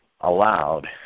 allowed